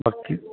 ਬਾਕੀ